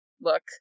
look